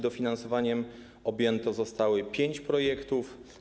Dofinansowaniem objętych zostało pięć projektów.